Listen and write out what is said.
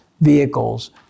vehicles